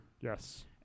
Yes